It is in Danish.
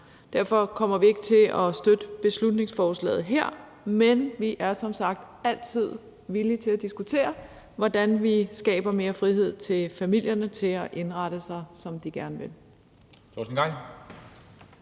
Derfor kommer vi ikke til at støtte beslutningsforslaget her, men vi er som sagt altid villige til at diskutere, hvordan vi skaber mere frihed til familierne til at indrette sig, som de gerne vil.